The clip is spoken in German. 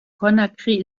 conakry